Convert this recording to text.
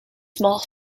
small